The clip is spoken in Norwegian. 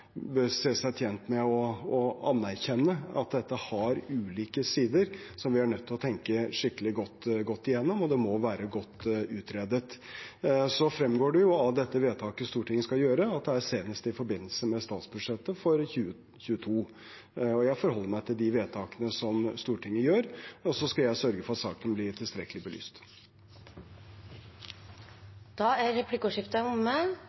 bør se seg tjent med å anerkjenne, at dette har ulike sider som vi er nødt til å tenke skikkelig godt gjennom, og det må være godt utredet. Så fremgår det av dette vedtaket Stortinget skal gjøre, at det er senest i forbindelse med statsbudsjettet for 2022. Jeg forholder meg til de vedtakene Stortinget gjør, og så skal jeg sørge for at saken blir tilstrekkelig belyst. Replikkordskiftet er omme.